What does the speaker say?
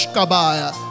Kabaya